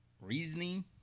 Reasoning